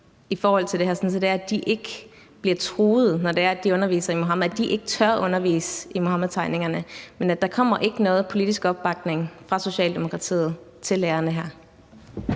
i forhold til det her, sådan at de ikke bliver truet, når de underviser i Muhammedtegningerne, så de ikke tør undervise i Muhammedtegningerne længere. Altså, der kommer ikke nogen politisk opbakning fra Socialdemokratiet til lærerne her.